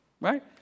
right